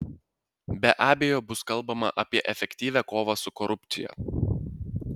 be abejo bus kalbama ir apie efektyvią kovą su korupcija